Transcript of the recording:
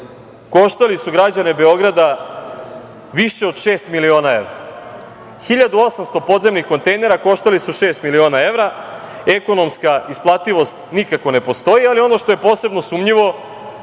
koštali su građane Beograda više od šest miliona evra. Dakle, 1.800 podzemnih kontejnera koštali su šest miliona evra. Ekonomska isplativost nikako ne postoji, ali ono što je posebno sumnjivo